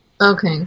okay